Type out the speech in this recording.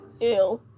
Ew